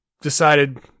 decided